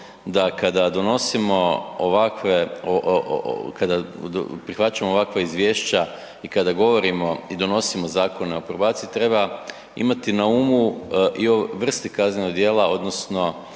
ja bih rekao da kada prihvaćamo ovakva izvješća i kada govorimo i donosimo zakone o probaciji treba imati na umu i o vrsti kaznenog djela odnosno